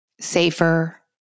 safer